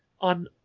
on